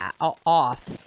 off